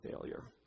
failure